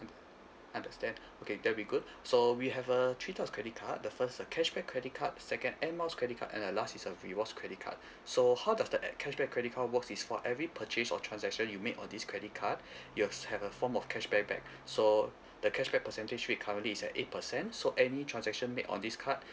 understand okay that'll be good so we have uh three types of credit card the first a cashback credit card second air miles credit card and the last is a rewards credit card so how does that cashback credit card works is for every purchase or transaction you make on this credit card you'll have a form of cashback back so the cashback percentage weight currently is at eight percent so any transaction made on this card